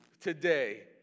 today